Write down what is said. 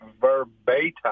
verbatim